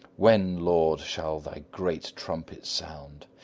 when, lord, shall thy great trumpet sound?